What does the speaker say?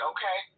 Okay